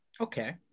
Okay